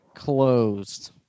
Closed